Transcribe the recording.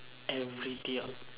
every dote